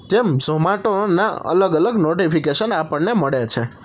જેમ ઝોમાટોના અલગ અલગ નોટિફિકેશન આપણને મળે છે